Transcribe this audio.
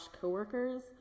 co-workers